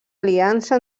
aliança